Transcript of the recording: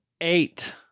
Eight